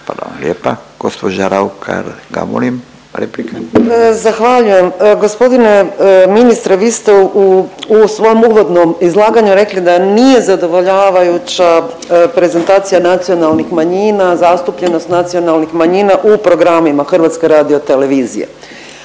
replika. **Raukar-Gamulin, Urša (Možemo!)** Zahvaljujem. Gospodine ministre, vi ste u svom uvodnom izlaganju rekli da nije zadovoljavajuća prezentacija nacionalnih manjina, zastupljenost nacionalnih manjina u programima HRT-a. Ono što bih ja